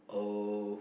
oh